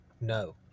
No